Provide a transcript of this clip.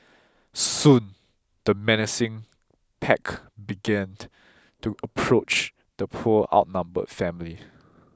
soon the menacing pack began to approach the poor outnumbered family